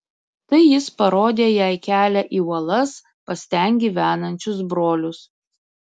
tai jis parodė jai kelią į uolas pas ten gyvenančius brolius